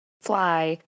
fly